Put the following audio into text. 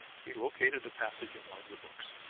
he located a passage in one of the books.